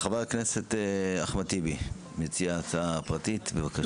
חבר הכנסת אחמד טיבי, מציע ההצעה הפרטית, בבקשה.